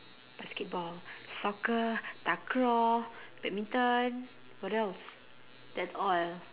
basketball soccer takraw badminton what else that's all